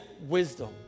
wisdom